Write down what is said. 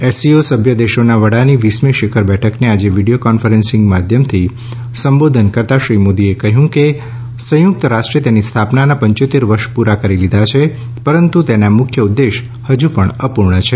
SCO સભ્ય દેસોના વડાની વીસમી શિખર બેઠકને આજે વિડીયો કોન્ફરન્સ માધ્યમથી સંવાંઘન કરતા શ્રી મોદીએ કહ્યું કે જો કે સંયુક્ત રાષ્ટ્રેટે તેની સ્થાપનાના પંચોતેર વર્ષ પૂરા કરી લીધા છે પરંતુ તેના મુખ્ય ઉદ્દેશ હજુ પણ અપૂર્વ છે